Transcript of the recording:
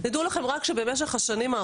רק תדעו לכם שבשנים האחרונות